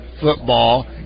football